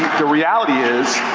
the reality is,